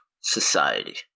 society